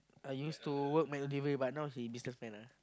I used to work McDelivery but now he business man ah